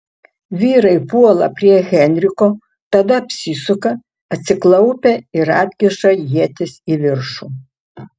vyrai puola prie henriko tada apsisuka atsiklaupia ir atkiša ietis į viršų